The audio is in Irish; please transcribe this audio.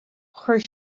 chuir